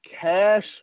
cash